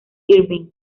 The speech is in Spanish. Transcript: irving